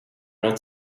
not